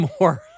more